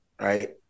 right